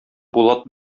булат